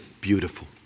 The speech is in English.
beautiful